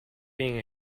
being